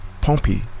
Pompey